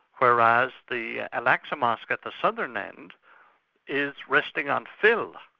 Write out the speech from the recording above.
whereas the al-aqsa mosque at the southern end is resting on fill,